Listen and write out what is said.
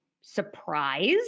surprise